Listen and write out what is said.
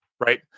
right